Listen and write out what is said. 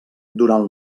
durant